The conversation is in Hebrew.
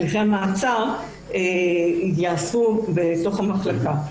הליכי המעצר ייעשו בתוך המחלקה.